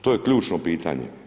To je ključno pitanje.